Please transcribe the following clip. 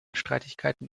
streitigkeiten